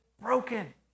broken